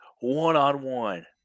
one-on-one